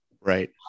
Right